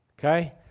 Okay